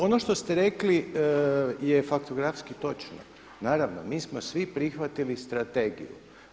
Ono što ste rekli je faktografski točno, naravno mi smo svi prihvatili strategiju.